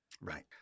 Right